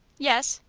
yes.